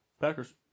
Packers